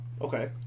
Okay